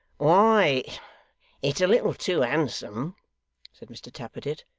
why it's a little too handsome said mr tappertit.